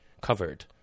covered